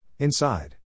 Inside